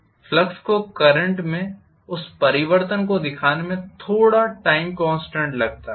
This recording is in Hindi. और फ्लक्स को करंट में उस परिवर्तन को दिखाने में थोड़ा टाइम कॉन्स्टेंट लगता है